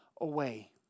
away